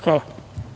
Hvala.